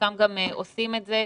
וחלקם גם עושים את זה.